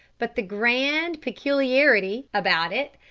but the grand peculiarity about it,